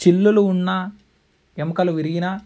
చిల్లులు ఉన్న ఎముకలు విరిగిన